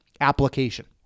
application